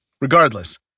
Regardless